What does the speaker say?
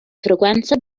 frequenza